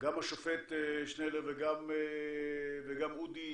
השופט שנלר וגם אודי,